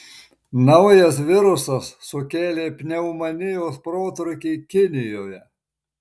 naujas virusas sukėlė pneumonijos protrūkį kinijoje